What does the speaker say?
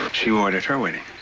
but she wore it at her wedding.